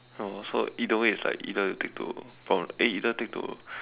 ya lor so either way is like either take to prome~ eh either take to